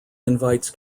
invites